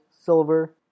Silver